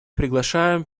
приглашаем